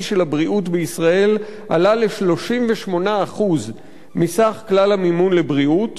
של הבריאות בישראל עלה ל-38% מסך כלל המימון לבריאות